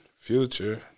Future